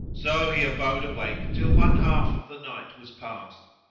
so he abode awake till one half of the night was passed,